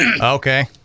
okay